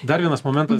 dar vienas momentas